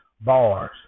bars